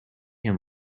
him